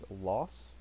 loss